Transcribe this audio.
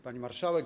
Pani Marszałek!